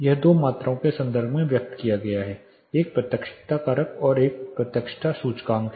यह दो मात्राओं के संदर्भ में व्यक्त किया गया है एक प्रत्यक्षता कारक और प्रत्यक्षता सूचकांक है